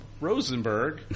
Rosenberg